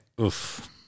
oof